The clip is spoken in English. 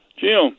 Jim